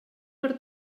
per